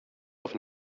auf